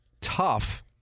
tough